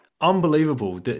unbelievable